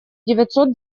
девятьсот